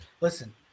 Listen